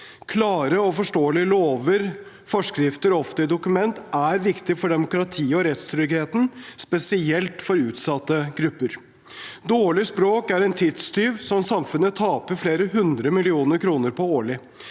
Klare og forståelige lover, forskrifter og offentlige dokument er viktig for demokratiet og rettstryggheten, spesielt for utsatte grupper. Dårlig språk er en tidstyv som samfunnet taper flere hundre millioner kroner på årlig.